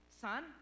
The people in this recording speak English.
Son